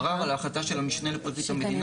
ערער על ההחלטה של המשנה לפרקליט המדינה.